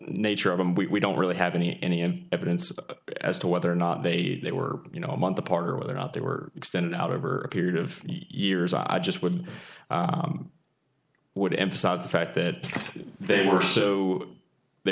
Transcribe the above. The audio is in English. nature of them we don't really have any any evidence as to whether or not they they were you know a month apart or whether out they were extended out over a period of years i just would would emphasize the fact that they were so they